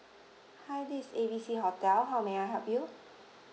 hi this is A B C hotel how may I help you